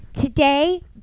today